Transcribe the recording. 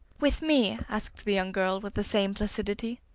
with me? asked the young girl with the same placidity.